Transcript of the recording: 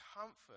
comfort